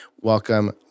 welcome